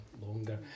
longer